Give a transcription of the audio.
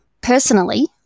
Personally